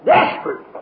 Desperate